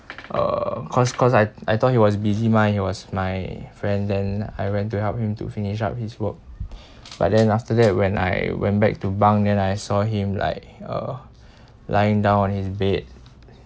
uh cause cause I I thought he was busy mah he was my friend then I went to help him to finish up his work but then after that when I went back to bunk and I saw him like uh lying down on his bed